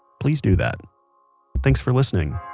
please do that thanks for listening